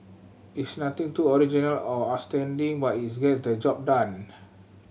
it's nothing too original or outstanding but its get the job done